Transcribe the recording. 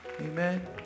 Amen